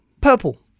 Purple